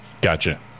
Gotcha